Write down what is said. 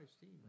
team